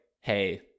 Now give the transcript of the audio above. hey